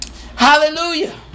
Hallelujah